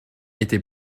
était